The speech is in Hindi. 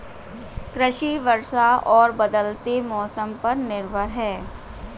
कृषि वर्षा और बदलते मौसम पर निर्भर है